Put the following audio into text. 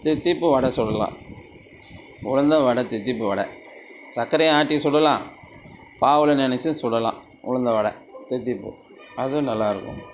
தித்திப்பு வடை சுடலாம் உளுந்த வட தித்திப்பு வடை சர்க்கரையை ஆட்டி சுடலாம் பாவுல நினச்சும் சுடலாம் உளுந்த வடை தித்திப்பு அதுவும் நல்லாருக்கும்